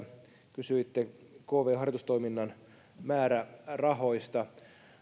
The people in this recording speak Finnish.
kysyitte kv harjoitustoiminnan määrärahoista